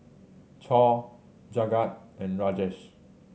Choor Jagat and Rajesh